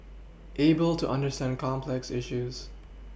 able to understand complex issues